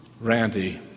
Randy